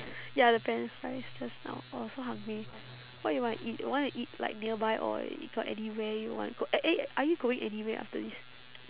ya the french fries just now oh so hungry what you wanna eat you wanna eat like nearby or got anywhere you wanna go eh are you going anywhere after this